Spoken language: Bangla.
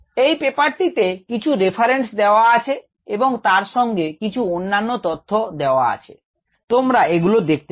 এই পেপার টিতে কিছু রেফারেন্স দেওয়া আছে এবং তার সঙ্গে কিছু অন্যান্য তথ্য দেওয়া আছে তোমরা এগুলো দেখতে পারো